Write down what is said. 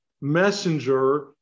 messenger